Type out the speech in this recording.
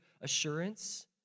assurance